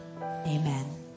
amen